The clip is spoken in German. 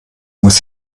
muss